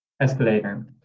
Escalator